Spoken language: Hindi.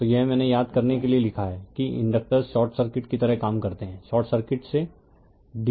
तो यह मैंने याद करने के लिए लिखा है कि इंडक्टर्स शॉर्ट सर्किट की तरह काम करते हैं शॉर्ट सर्किट से dc